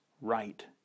right